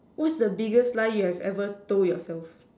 what's the biggest lie you have ever told yourself